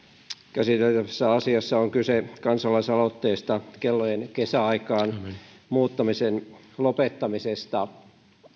käsiteltävässä asiassa on kyse kansalaisaloitteesta kellojen kesäaikaan muuttamisen lopettamisesta